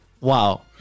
wow